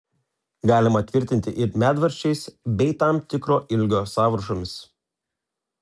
galima tvirtinti ir medvaržčiais bei tam tikro ilgio sąvaržomis